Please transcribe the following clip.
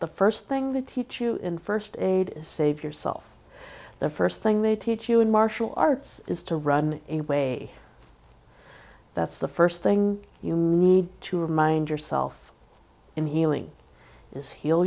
the first thing the teach you in first aid save yourself the first thing they teach you in martial arts is to run a way that's the first thing you need to remind yourself in healing is he